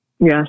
Yes